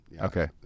Okay